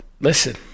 listen